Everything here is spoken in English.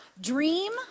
Dream